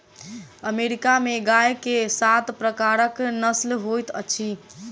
America में गाय के सात प्रकारक नस्ल होइत अछि